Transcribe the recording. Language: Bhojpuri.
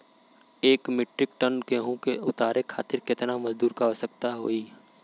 एक मिट्रीक टन गेहूँ के उतारे खातीर कितना मजदूर क आवश्यकता होई?